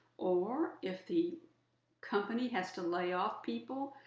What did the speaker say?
or if the company has to lay off people,